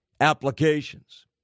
applications